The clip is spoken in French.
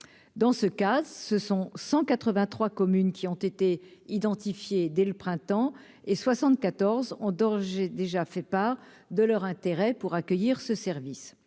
dans ce cas, ce sont 183 communes qui ont été identifiés dès le printemps, et 74 on dort, j'ai déjà fait part de leur intérêt pour accueillir ce service,